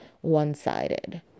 one-sided